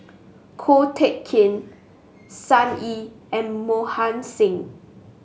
Ko Teck Kin Sun Yee and Mohan Singh